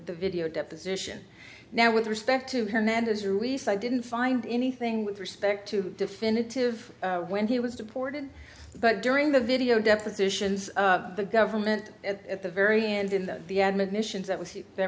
the video deposition now with respect to hernandez ruiz i didn't find anything with respect to definitive when he was deported but during the video depositions the government at the very end in the admissions that was th